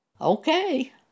okay